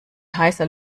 heißer